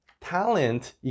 Talent